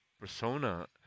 persona